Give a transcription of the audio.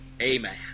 Amen